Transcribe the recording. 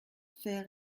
fait